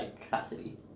capacity